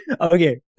Okay